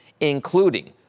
including